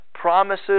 promises